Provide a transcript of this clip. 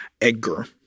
Edgar